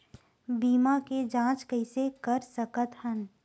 बीमा के जांच कइसे कर सकत हन?